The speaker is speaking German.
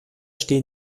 stehen